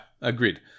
agreed